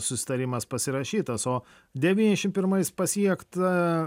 susitarimas pasirašytas o devyniasdešimt pirmais pasiekta